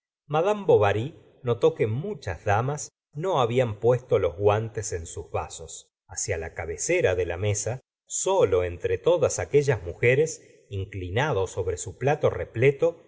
madame bovary notó que muchas damas no habían puesto los guantes en sus vasos hacia la cabecera de la mesa solo entre todas aquellas mujeres inclinado sobre su plato repleto